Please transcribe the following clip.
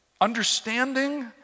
understanding